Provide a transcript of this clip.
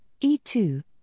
E2